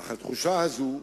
אך התחושה הזו,